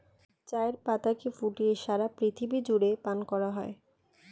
চায়ের পাতাকে ফুটিয়ে সারা পৃথিবী জুড়ে পান করা হয়